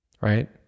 right